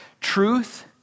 Truth